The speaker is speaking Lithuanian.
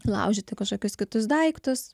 laužyti kažkokius kitus daiktus